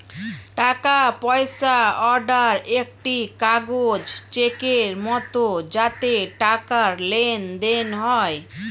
টাকা পয়সা অর্ডার একটি কাগজ চেকের মত যাতে টাকার লেনদেন হয়